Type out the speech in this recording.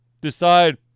decide